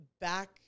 back